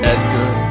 Edgar